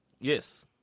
yes